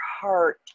heart